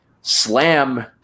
slam